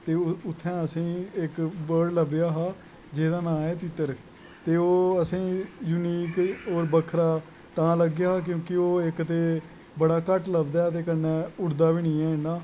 ते उत्थै असेंगी इक बर्ड़ लभेआ हा जेह्दा नांऽ ऐ तित्तर ते ओह् असें बक्खरा तां लग्गेआ हा क्योंकि ओह् इक ते बड़ा घट्ट लब्भदा ऐ ते उड़दा बी निं ऐ इन्ना